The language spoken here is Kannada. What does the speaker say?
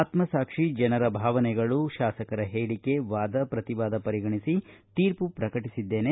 ಆತ್ಮಸಾಕ್ಷಿ ಜನರ ಭಾವನೆಗಳು ಶಾಸಕರ ಹೇಳಿಕೆ ವಾದ ಪ್ರತಿವಾದ ಪರಿಗಣಿಸಿ ತೀರ್ಮ ಪ್ರಕಟಿಸಿದ್ದೇನೆ